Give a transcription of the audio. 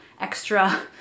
extra